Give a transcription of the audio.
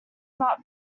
not